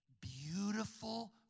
Beautiful